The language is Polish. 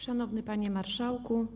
Szanowny Panie Marszałku!